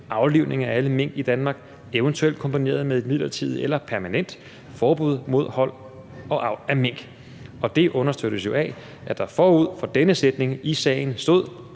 aflivning af alle mink i Danmark, eventuelt kombineret med et midlertidigt eller permanent forbud mod hold og avl af mink. Og det understøttes jo af, at der forud for denne sætning i sagen stod,